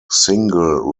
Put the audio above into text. single